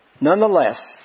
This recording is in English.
Nonetheless